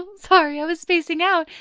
sorry, i was phasing out.